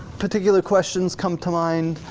particular questions come to mind,